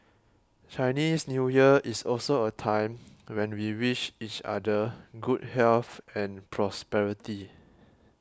Chinese New Year is also a time when we wish each other good health and prosperity